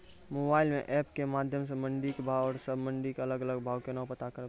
Mobile म app के माध्यम सऽ मंडी के भाव औरो सब मंडी के अलग अलग भाव केना पता करबै?